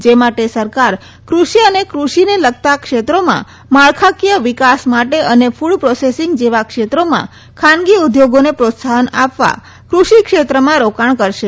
જે માટે સરકાર ક્રષિ અને ક્રષિને લગતા ક્ષેત્રોમાં માળખાકીય વિકાસ માટે અને કુડ પ્રોસેસીંગ જેવા ક્ષેત્રોના ખાનગી ઉદ્યોગોને પ્રોત્સાહન આ વા કૃષિક્ષેત્રમાં રોકાણ કરશે